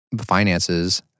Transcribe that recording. finances